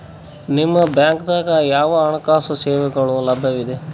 ನಿಮ ಬ್ಯಾಂಕ ದಾಗ ಯಾವ ಹಣಕಾಸು ಸೇವೆಗಳು ಲಭ್ಯವಿದೆ?